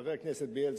חבר הכנסת בילסקי.